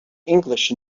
english